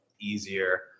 easier